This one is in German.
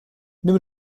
nimm